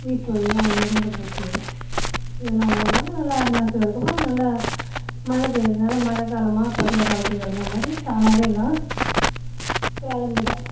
வீட்டில உள்ளேலாம் முருங்க பொத்து இதெலாம் ஓ நல்ல நல்லா ஆடி மாசத்துக்கு அதுக்கப்பறம் நல்லா மழை பெய்கிறதுனால மழை காலமாக பருவ காலத்துக்கு தகுந்த மாதிரி தானாகவே எல்லாம் கிளம்பிடும்